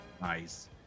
Nice